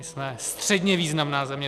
My jsme středně významná země.